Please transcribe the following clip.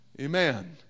Amen